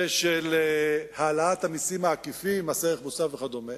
ושל העלאת המסים העקיפים: מס ערך מוסף וכדומה.